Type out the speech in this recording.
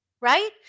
right